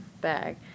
bag